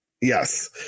Yes